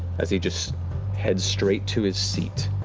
as he just heads straight to his seat.